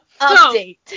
Update